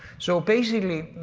so basically,